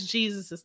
Jesus